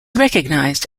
recognized